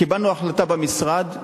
קיבלנו החלטה במשרד,